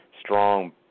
strong